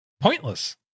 pointless